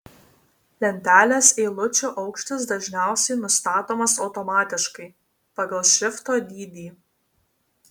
lentelės eilučių aukštis dažniausiai nustatomas automatiškai pagal šrifto dydį